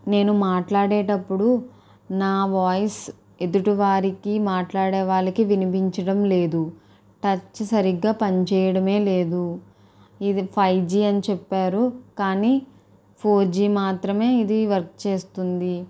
నేను మాట్లాడేటప్పుడు నా వాయిస్ ఎదుటివారికి మాట్లాడే వారికి వినిపించడం లేదు టచ్ సరిగ్గా పని చేయడమే లేదు ఇది ఫైవ్ జి అని చెప్పారు కానీ ఫోర్ జి మాత్రమే ఇది వర్క్ చేస్తుంది